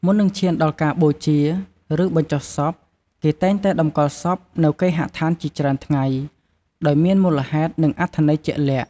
មុននឹងឈានដល់ការបូជា ឬបញ្ចុះសព គេតែងតែតម្កល់សពនៅគេហដ្ឋានជាច្រើនថ្ងៃ ដោយមានមូលហេតុ និងអត្ថន័យជាក់លាក់។